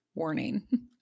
warning